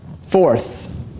Fourth